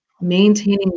maintaining